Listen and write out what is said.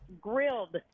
Grilled